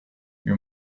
you